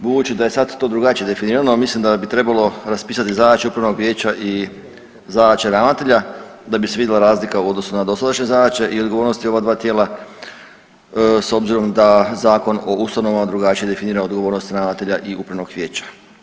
Budući da je sad to drugačije definirano, mislim da bi trebalo raspisati zadaće upravnog vijeća i zadaće ravnatelja, da bi se vidjela razlika u odnosu na dosadašnje zadaće i odgovornosti oba dva tijela s obzirom da Zakon o ustanovama drugačije definira odgovornosti ravnatelja i upravnog vijeća.